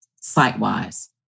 site-wise